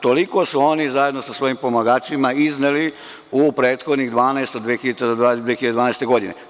Toliko su oni zajedno sa svojim pomagačima izneli u prethodnih 12 godina, od 2000. godine do 2012. godine.